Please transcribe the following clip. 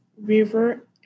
River